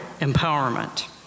empowerment